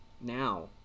now